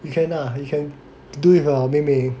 weekend ah you can you can do it with your 妹妹